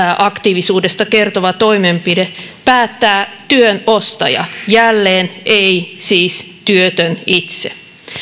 aktiivisuudesta kertova toimenpide päättää työn ostaja jälleen ei siis työtön itse